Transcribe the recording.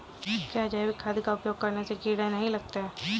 क्या जैविक खाद का उपयोग करने से कीड़े नहीं लगते हैं?